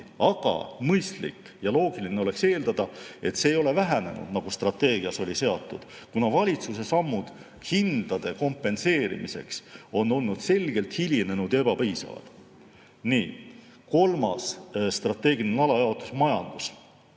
aga mõistlik ja loogiline oleks eeldada, et see ei ole vähenenud, nagu strateegias oli seatud, kuna valitsuse sammud hindade kompenseerimiseks on olnud selgelt hilinenud ja ebapiisavad. Nii, kolmas strateegiline alajaotus, majandus.